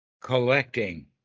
Collecting